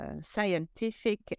scientific